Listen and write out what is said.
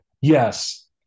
Yes